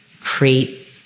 create